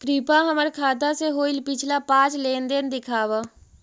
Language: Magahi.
कृपा हमर खाता से होईल पिछला पाँच लेनदेन दिखाव